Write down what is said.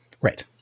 Right